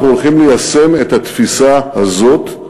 אנחנו הולכים ליישם את התפיסה הזאת,